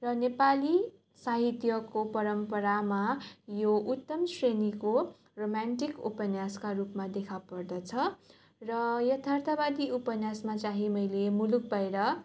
र नेपाली साहित्यको परम्परामा यो उत्तम श्रेणीको रोमान्टिक उपन्यासका रूपमा देखापर्दछ र यथार्थवादी उपन्यासमा चाहिँ मैले मुलुकबाहिर